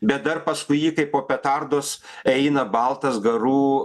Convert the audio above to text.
bet dar paskui jį kaip po petardos eina baltas garų